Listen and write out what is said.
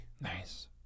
Nice